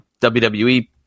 wwe